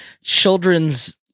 children's –